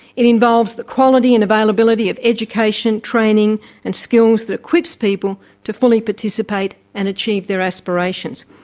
it involves the quality and availability of education, training and skills that equips people to fully participate and achieve their aspirations.